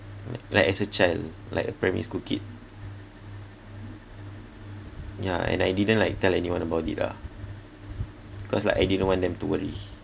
like as a child like a primary school kid yeah and I didn't like tell anyone about it lah cause like I didn't want them to worry